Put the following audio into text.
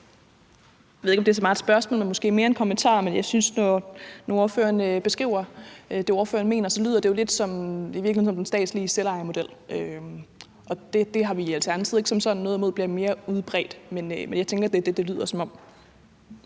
Jeg ved ikke, om det er så meget et spørgsmål, måske mere en kommentar. Jeg synes, at det, når hr. Lars Boje Mathiesen beskriver det, han mener, så i virkeligheden lyder lidt som den statslige selvejermodel. Det har vi i Alternativet som sådan ikke noget imod bliver mere udbredt, men jeg tænker, at det er det, det lyder som.